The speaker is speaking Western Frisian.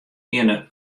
wiene